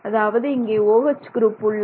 அதாவது இங்கே OH group உள்ளது